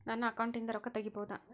ನನ್ನ ಅಕೌಂಟಿಂದ ರೊಕ್ಕ ತಗಿಬಹುದಾ?